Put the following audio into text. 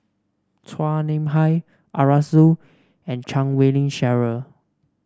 Chua Nam Hai Arasu and Chan Wei Ling Cheryl